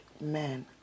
men